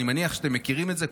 אני מניח שאתם מכירים את זה,